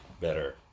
better